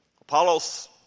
Apollos